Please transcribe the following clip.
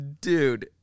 Dude